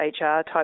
HR-type